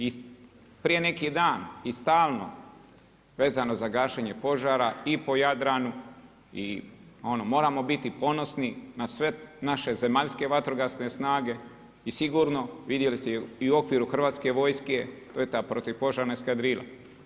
I prije neki dan i stalno vezano za gašenje požara i po Jadranu i ono moramo biti ponosni na sve naše zemaljske vatrogasne snage i sigurno vidjeli ste i u okviru Hrvatske vojske to je ta protupožarna eskadrila.